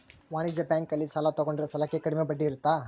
ವಾಣಿಜ್ಯ ಬ್ಯಾಂಕ್ ಅಲ್ಲಿ ಸಾಲ ತಗೊಂಡಿರೋ ಸಾಲಕ್ಕೆ ಕಡಮೆ ಬಡ್ಡಿ ಇರುತ್ತ